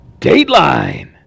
Dateline